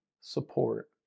support